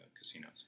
Casinos